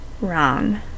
Wrong